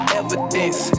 evidence